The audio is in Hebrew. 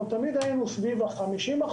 אנחנו תמיד היינו סביב ה-50%.